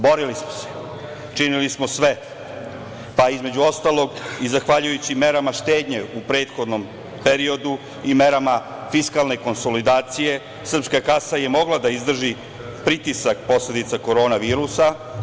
Borili smo se, činili smo sve, pa, između ostalog, i zahvaljujući merama štednje u prethodnom periodu i merama fiskalne konsolidacije srpska kasa je mogla da izdrži pritisak posledica korona virusa.